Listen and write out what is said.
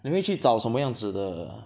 maybe 去找什么样子的